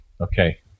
Okay